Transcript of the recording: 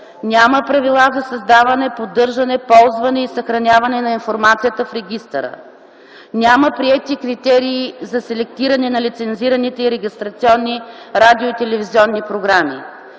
Няма правила за създаване, поддържане, ползване и съхраняване на информацията в регистъра. Няма приети критерии за селектиране на лицензираните и регистрационни радио- и телевизионни програми.